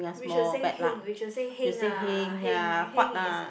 we should say heng we should say heng ah heng heng is